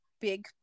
big